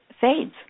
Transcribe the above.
fades